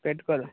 పెట్టుకోలేదు